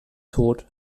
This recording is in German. tod